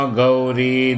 Gauri